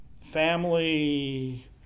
family